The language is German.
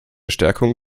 stärkung